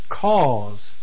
cause